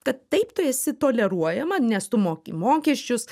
kad taip tu esi toleruojama nes tu moki mokesčius